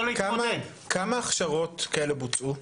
כמה הכשרות כאלה בוצעו?